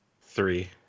three